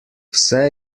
vse